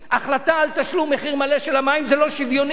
החלטה על תשלום מחיר מלא של המים, זה לא שוויוני.